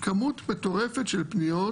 כמות מטורפת של פניות